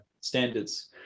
standards